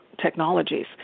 technologies